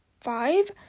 five